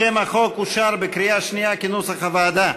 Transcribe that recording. שם החוק אושר בקריאה שנייה כנוסח הוועדה.